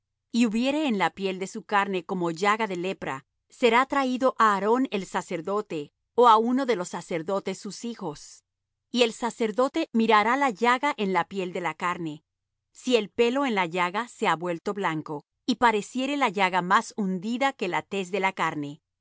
y hubiere en la piel de su carne como llaga de lepra será traído á aarón el sacerdote ó á uno de los sacerdotes sus hijos y el sacerdote mirará la llaga en la piel de la carne si el pelo en la llaga se ha vuelto blanco y pareciere la llaga más hundida que la tez de la carne